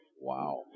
Wow